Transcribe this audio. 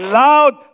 loud